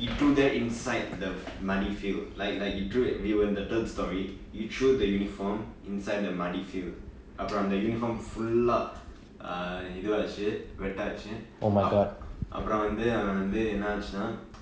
he threw them inside the muddy field like like he through it we were in the third storey he threw the uniform inside the muddy field அப்பரொ அந்த:appro antha uniform full uh இதுவாச்சு:ithuvaachu wet ஆச்சு அப்~ அப்பரொ வந்து அவன் வந்து என்ன ஆச்சுனா:aachu ap~ appro vanthu avan vanthu enna aachunaa